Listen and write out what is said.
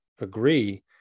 agree